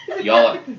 y'all